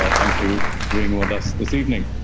ah thank you for being with us this evening.